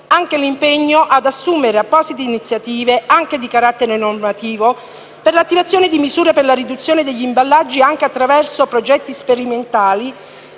l'impegno ad assumere apposite iniziative, anche di carattere normativo, per l'attivazione di misure per la riduzione degli imballaggi, anche attraverso progetti sperimentali